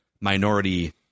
minority